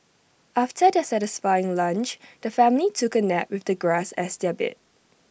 after their satisfying lunch the family took A nap with the grass as their bed